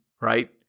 right